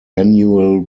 annual